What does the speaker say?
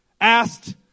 asked